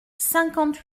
cinquante